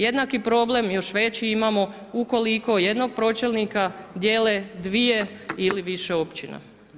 Jednaki problem, još veći imamo ukoliko jednog pročelnika dijele dvije ili više općina.